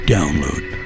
Download